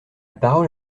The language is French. parole